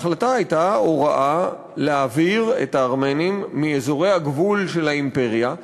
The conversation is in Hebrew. ההחלטה הייתה הוראה להעביר את הארמנים מאזורי הגבול של האימפריה,